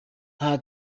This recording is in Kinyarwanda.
nta